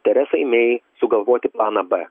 teresai mei sugalvoti planą b